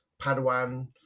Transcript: padawan